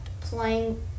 playing